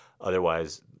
Otherwise